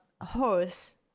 horse